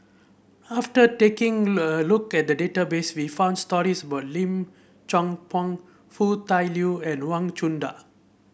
after taking a look at the database we found stories about Lim Chong Pang Foo Tai Liew and Wang Chunde